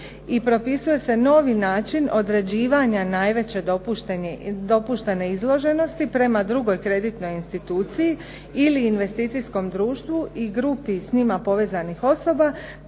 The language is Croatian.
i propisuje se novi način određivanja najveće dopuštene izloženosti prema drugoj kreditnoj instituciji ili investicijskom društvu i grupi s njima povezanih osoba